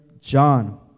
John